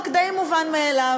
הוא חוק די מובן מאליו.